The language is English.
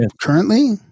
currently